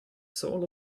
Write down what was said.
soul